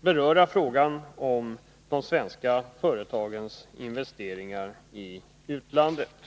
beröra frågan om de svenska företagens investeringar i utlandet.